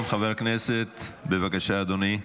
חבר הכנסת משה סולומון, בבקשה, אדוני.